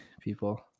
people